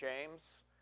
James